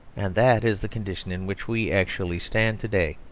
and that is the condition in which we actually stand to-day.